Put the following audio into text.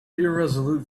irresolute